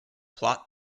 plot